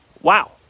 Wow